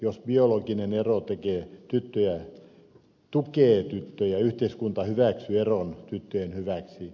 jos biologinen ero tukee tyttöjä yhteiskunta hyväksyy eron tyttöjen hyväksi